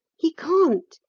he can't!